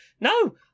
No